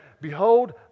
behold